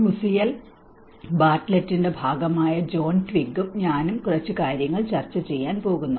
UCL ബാർട്ട്ലെറ്റിന്റെ ഭാഗമായ John ട്വിഗ്ഗും ഞാനും കുറച്ച് കാര്യങ്ങൾ ചർച്ച ചെയ്യാൻ പോകുന്നു